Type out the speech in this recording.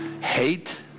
Hate